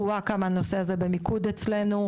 כמה הנושא הזה במיקוד אצלנו,